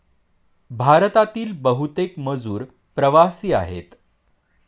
भारतातील बहुतेक मजूर प्रवासी आहेत